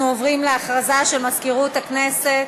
אנחנו עוברים להודעה של מזכירות הכנסת.